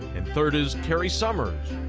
and third is cary summers,